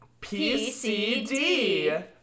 PCD